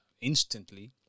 instantly